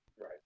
Right